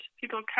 people